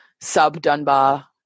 sub-Dunbar